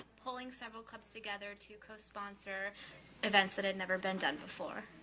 pulling several clubs together to co-sponsor events that had never been done before.